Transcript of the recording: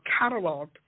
cataloged